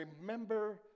Remember